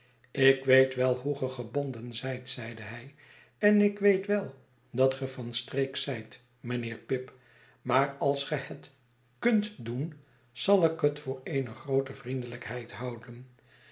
ik weet wel hoe ge gebonden zijt zeide hij en ik weet wel dat ge van streek zijt mijnheer pip maar als ge het kunt doen zal ik het voor eene groote vriendelijkheid houden